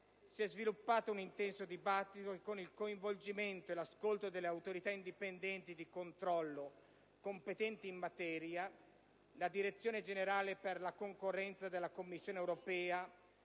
si è sviluppato un intenso dibattito che, con il coinvolgimento e l'ascolto delle autorità indipendenti di controllo competenti in materia, della direzione generale per la concorrenza della Commissione europea,